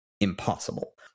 impossible